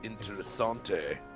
Interessante